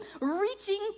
reaching